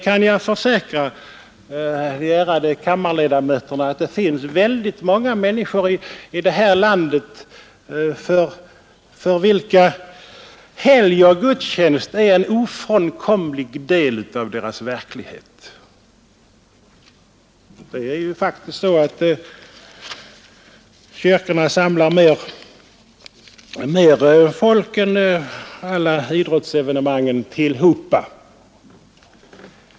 Jag kan försäkra de ärade kammarledamöterna att det finns många människor här i landet för vilka helg och gudstjänst är en ofrånkomlig del av verkligheten. Det är faktiskt så att kyrkorna samlar mer folk än alla idrottsevenemang tillsammans.